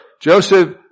Joseph